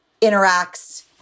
interacts